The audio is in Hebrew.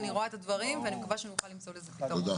כך אני רואה את הדברים ואני מקווה שנוכל למצוא לזה פתרון.